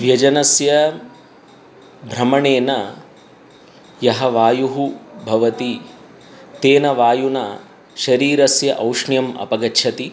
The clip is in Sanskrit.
व्यजनस्य भ्रमणेन यः वायुः भवति तेन वायुना शरीरस्य औष्णम् अपगच्छति